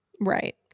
Right